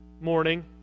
morning